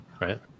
right